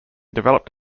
developed